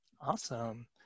Awesome